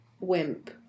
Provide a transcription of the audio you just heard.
wimp